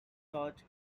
todd